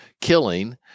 killing